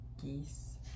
geese